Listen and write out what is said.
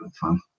fun